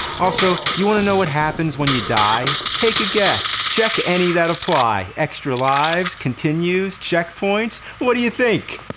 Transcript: also, you want to know what happens when you die? take a guess, check any that apply extra lives, continues, checkpoints, what do you think?